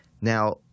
Now